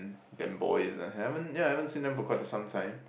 them boys uh haven't yeah I haven't seen them for quite the some time